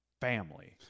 family